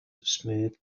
smooth